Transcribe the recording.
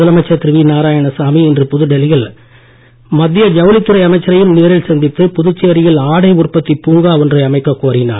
முதலமைச்சர் திரு வி நாராயணசாமி இன்று புதுடெல்லியில் மத்திய ஜவுளித் துறை அமைச்சரையும் சந்தித்து புதுச்சேரியில் ஆடை உற்பத்தி பூங்கா ஒன்றை அமைக்க கோரினார்